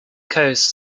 coast